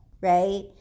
right